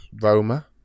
Roma